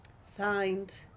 Signed